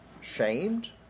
shamed